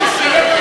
רוצים שיהיו גם